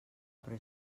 però